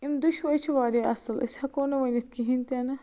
یِم دۄشوٲے چھِ وارِیاہ اَصٕل أسۍ ہٮ۪کو نہٕ ؤنِتھ کِہیٖنۍ تہِ نہٕ